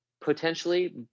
potentially